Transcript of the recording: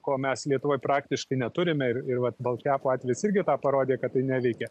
ko mes lietuvoj praktiškai neturime ir ir vat blkepo atvejis irgi tą parodė kad tai neveikia